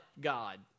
God